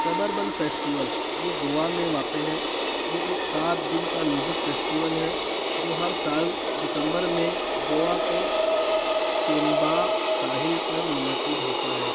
suburban festival یہ گوا میں واقع ہے یہ ایک سات دن کا میوزک فیسٹول ہے جو ہر سال دسمبر میں گوا کے چیمبا ساحل پر منعقد ہوتا ہے